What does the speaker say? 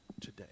today